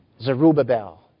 Zerubbabel